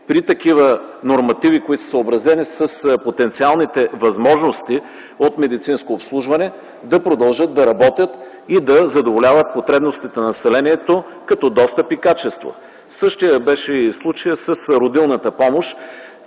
при такива нормативи, които са съобразени с потенциалните възможности от медицинско обслужване, да продължат да работят и да задоволяват потребностите на населението като достъп и качество. Същият беше и случаят с родилната помощ,